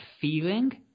feeling